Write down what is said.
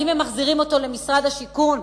האם הם מחזירים אותו למשרד השיכון